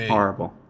Horrible